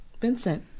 Vincent